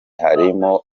harimo